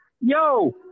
yo